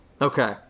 Okay